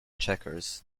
checkers